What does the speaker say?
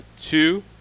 two